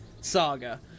Saga